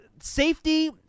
safety